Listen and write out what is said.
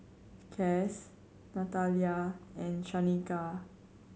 Cass Natalya and Shanika